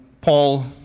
Paul